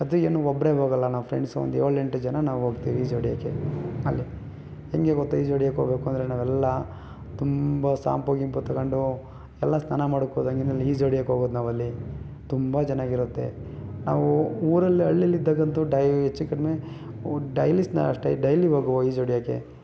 ಅದೂ ಏನು ಒಬ್ಬರೇ ಹೋಗಲ್ಲ ನಾವು ಫ್ರೆಂಡ್ಸ್ ಒಂದು ಏಳು ಎಂಟು ಜನ ನಾವು ಹೋಗ್ತೀವಿ ಈಜು ಹೊಡಿಯೋಕ್ಕೆ ಅಲ್ಲಿ ಹೇಗೆ ಗೊತ್ತಾ ಈಜು ಹೊಡ್ಯಕ್ಕೆ ಹೋಗಬೇಕು ಅಂದರೆ ನಾವೆಲ್ಲ ತುಂಬ ಸಾಂಪು ಗೀಂಪು ತಗೊಂಡು ಎಲ್ಲ ಸ್ನಾನ ಮಾಡಕ್ಕೆ ಹೋದಂಗೆ ಅಲ್ಲಿ ಈಜು ಹೊಡಿಯಕ್ಕೆ ಹೋಗೋದು ನಾವಲ್ಲಿ ತುಂಬ ಚೆನ್ನಾಗಿರುತ್ತೆ ನಾವು ಊರಲ್ಲಿ ಹಳ್ಳೀಲಿದ್ದಾಗಂತೂ ಡೈ ಹೆಚ್ಚು ಕಡಿಮೆ ಡೈಲಿ ಸ್ನಾ ಅಷ್ಟೆ ಡೈಲಿ ಹೋಗುವ ಈಜು ಹೊಡಿಯೋಕ್ಕೆ